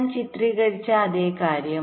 ഞാൻ ചിത്രീകരിച്ച അതേ കാര്യം